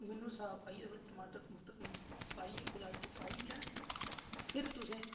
मिनू सास पाइयै टमाटर पाइयै गोलाई च पाइयै ते फिर तुसें